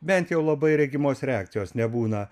bent jau labai regimos reakcijos nebūna